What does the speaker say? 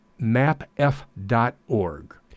mapf.org